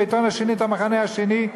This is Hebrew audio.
והעיתון השני את המחנה השני.